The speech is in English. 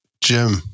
Jim